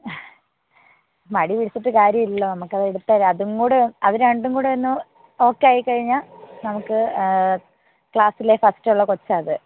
മടി പിടിച്ചിട്ട് കാര്യം ഇല്ലല്ലോ നമുക്ക് ഇതിപ്പോൾ അതും കൂടെ അത് രണ്ടും കൂടെ ഒന്ന് ഓക്കെ ആയിക്കഴിഞ്ഞാൽ നമുക്ക് ക്ലാസ്സിലെ ഫസ്റ്റ് ഉള്ള കൊച്ചാണ് അത്